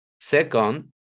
Second